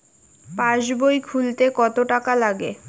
পাশবই খুলতে কতো টাকা লাগে?